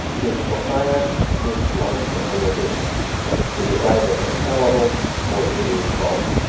physical science is like simple addition it is either infallible or it is false.